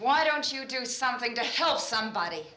why don't you do something to help somebody